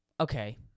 Okay